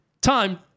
time